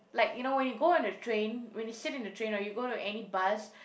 like you know when you go on the train when you sit in the train or you go to any bus